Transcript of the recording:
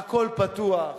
הכול פתוח,